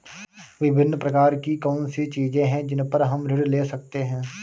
विभिन्न प्रकार की कौन सी चीजें हैं जिन पर हम ऋण ले सकते हैं?